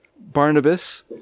Barnabas